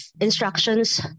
instructions